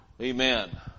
amen